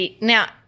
Now